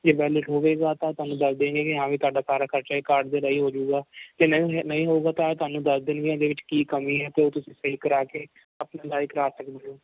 ਜੇ ਵੈਲਿਡ ਹੋਵੇਗਾ ਤਾਂ ਤੁਹਾਨੂੰ ਦੱਸ ਦੇਣਗੇ ਹਾਂ ਵੀ ਤੁਹਾਡਾ ਸਾਰਾ ਖਰਚਾ ਇਹ ਕਾਰਡ ਦੇ ਰਾਹੀਂ ਹੋ ਜਾਵੇਗਾ ਅਤੇ ਨਹੀਂ ਨਹੀਂ ਹੋਵੇਗਾ ਤਾਂ ਤੁਹਾਨੂੰ ਦੱਸ ਦੇਣਗੇ ਇਹਦੇ ਵਿੱਚ ਕੀ ਕਮੀ ਹੈ ਅਤੇ ਉਹ ਤੁਸੀਂ ਸਹੀ ਕਰਾ ਕੇ ਆਪਣਾ ਇਲਾਜ ਕਰਾ ਸਕਦੇ ਹੋ